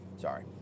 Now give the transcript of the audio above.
Sorry